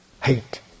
hate